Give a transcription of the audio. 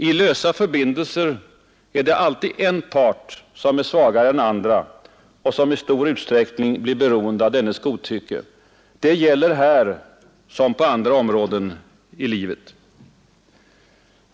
I lösa förbindelser är det alltid en part som är svagare än den andra och som i stor utsträckning blir beroende av dennes godtycke. Det gäller här som på andra områden i livet.